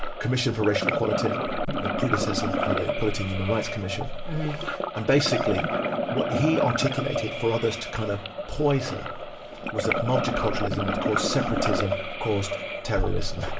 commission for racial equality the predecessor for the equality and human rights commission and basically what he articulated for others to kind of poison was that multiculturalism had caused separatism caused terrorism.